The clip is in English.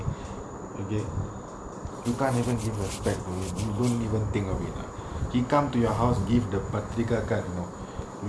okay you can't even give respect to him you don't even think of it lah he come to your house give the பத்திரிக்க:pathirika card you know